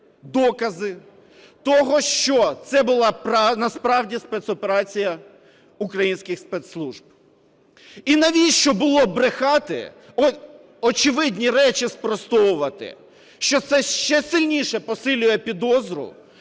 докази того, що це була насправді спецоперація українських спецслужб. І навіщо було брехати, очевидні речі спростовувати, що це ще сильніше посилює підозру